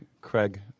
Craig